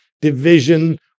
division